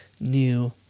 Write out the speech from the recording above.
new